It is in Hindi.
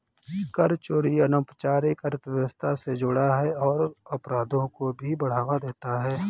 कर चोरी अनौपचारिक अर्थव्यवस्था से जुड़ा है और अपराधों को भी बढ़ावा देता है